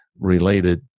related